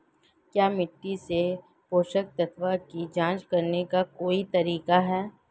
क्या मिट्टी से पोषक तत्व की जांच करने का कोई तरीका है?